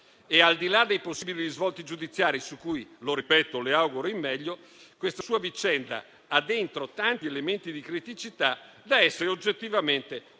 al di là dei possibili risvolti giudiziari - su cui, lo ripeto, le auguro il meglio - questa sua vicenda ha dentro tanti elementi di criticità da essere oggettivamente